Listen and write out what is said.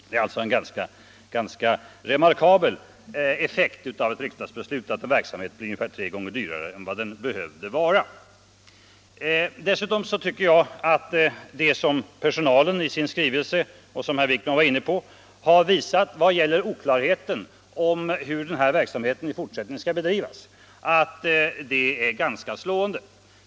Det är en ganska remarkabel effekt av ett riksdagsbeslut, att en verksamhet blir ungefär tre gånger dyrare än den behövde vara. Dessutom tycker jag att det som personalen i sin skrivelse, som herr Wijkman var inne på, har visat på vad gäller oklarheten om hur den här verksamheten i fortsättningen skall drivas är ganska slående.